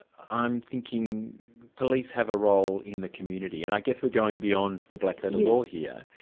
i'm thinking police have a role in the community and i guess we're going beyond the black letter law here,